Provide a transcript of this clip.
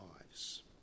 lives